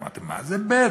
אמרתי: מה bad?